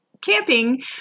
camping